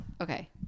Okay